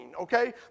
okay